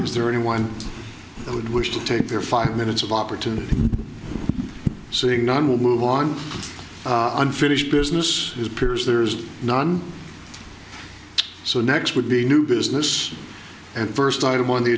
is there anyone that would wish to take their five minutes of opportunity saying no one will move on unfinished business is piers there's none so next would be new business and first item on the